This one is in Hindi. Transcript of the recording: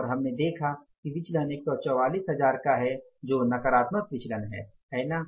और हमने देखा है कि विचलन १४४ हजार का है और जो नकारात्मक विचलन हैं है ना